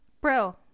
Bro